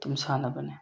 ꯑꯗꯨꯝ ꯁꯥꯟꯅꯕꯅꯤ